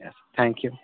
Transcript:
yeah thank you